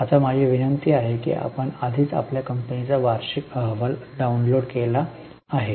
आता माझी विनंती आहे की आपण आधीच आपल्या कंपनीचा वार्षिक अहवाल डाउनलोड केला आहे